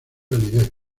validez